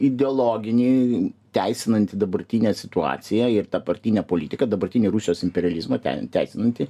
ideologinį teisinantį dabartinę situaciją ir tą partinę politiką dabartinį rusijos imperializmą teisinantį